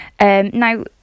Now